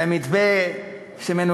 זה מתווה שמחבל בביטחון האנרגטי של ישראל,